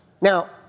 Now